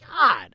God